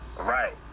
Right